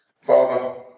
Father